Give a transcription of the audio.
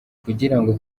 kugirango